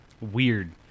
Weird